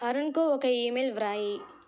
అరుణ్కు ఒక ఈమెయిల్ వ్రాయి